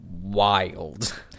wild